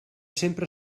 sempre